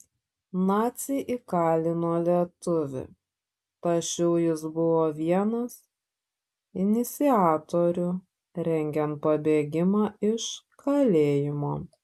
naciai įkalino lietuvį tačiau jis buvo vienas iniciatorių rengiant pabėgimą iš kalėjimo